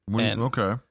okay